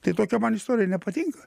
tai tokia man istorija nepatinka